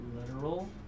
literal